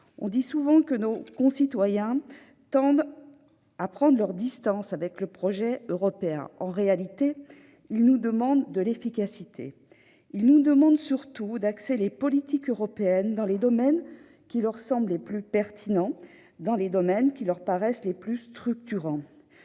On dit souvent que nos concitoyens tendent à prendre leurs distances avec le projet européen. En réalité, ils souhaitent de l'efficacité. Ils nous demandent surtout d'axer les politiques européennes dans les domaines qui leur semblent les plus pertinents, qui leur apparaissent les plus structurants.